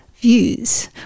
views